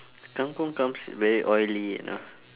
kang-kong comes very oily and like